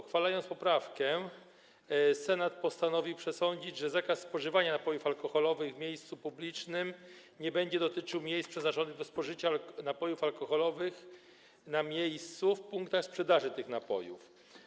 Uchwalając poprawkę, Senat postanowił przesądzić, że zakaz spożywania napojów alkoholowych w miejscu publicznym nie będzie obejmował miejsc przeznaczonych do spożycia napojów alkoholowych na miejscu w punktach sprzedaży tych napojów.